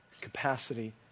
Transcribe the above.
capacity